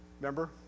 Remember